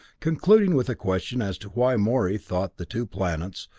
concluding with question as to why morey thought the two planets,